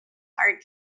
hard